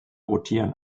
rotieren